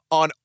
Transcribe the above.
on